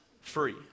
free